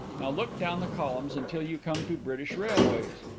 now look down the columns until you come to british railways.